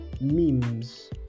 memes